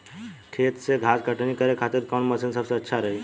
खेत से घास कटनी करे खातिर कौन मशीन सबसे अच्छा रही?